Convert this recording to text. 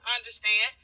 understand